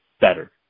better